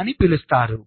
అని పిలుస్తారు